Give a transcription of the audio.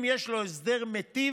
אם יש לו הסדר מיטיב,